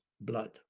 blood